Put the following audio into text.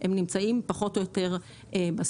הם נמצאים פחות או יותר בממוצע.